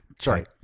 Sorry